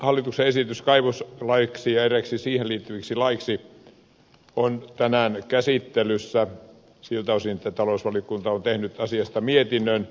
hallituksen esitys kaivoslaiksi ja eräiksi siihen liittyviksi laeiksi on tänään käsittelyssä siltä osin että talousvaliokunta on tehnyt asiasta mietinnön